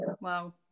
Wow